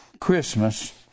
Christmas